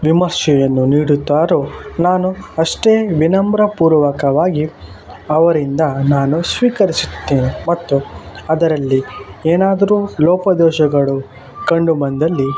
ವಿಮರ್ಶೆಯನ್ನು ನೀಡುತ್ತಾರೋ ನಾನು ಅಷ್ಟೇ ವಿನಮ್ರ ಪೂರ್ವಕವಾಗಿ ಅವರಿಂದ ನಾನು ಸ್ವೀಕರಿಸುತ್ತೇನೆ ಮತ್ತು ಅದರಲ್ಲಿ ಏನಾದರು ಲೋಪದೋಷಗಳು ಕಂಡು ಬಂದಲ್ಲಿ